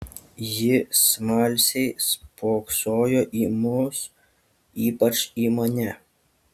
ji smalsiai spoksojo į mus ypač į mane